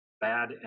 bad